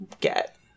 get